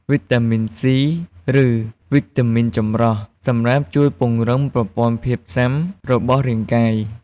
វីតាមីន C ឬវីតាមីនចម្រុះ សម្រាប់ជួយពង្រឹងប្រព័ន្ធភាពស៊ាំរបស់រាងកាយ។